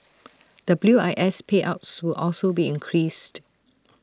W I S payouts will also be increased